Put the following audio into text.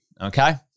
okay